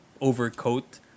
overcoat